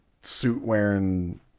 suit-wearing